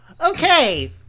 Okay